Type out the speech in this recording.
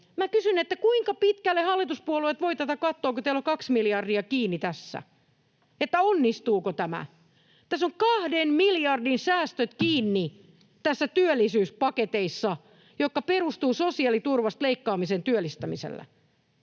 kysyn, kuinka pitkälle hallituspuolueet voivat katsoa, kun teillä on kaksi miljardia kiinni tässä, onnistuuko tämä. Kahden miljardin säästöt ovat kiinni näissä työllisyyspaketeissa, jotka perustuvat työllistämiselle